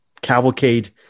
cavalcade